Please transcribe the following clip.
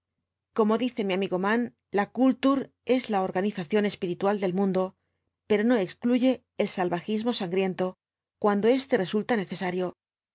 como dice mi amigo mann la kultur es la organización espiritual del mundo pero no excluje el salvajismo sangriento cuando éste resulta necesario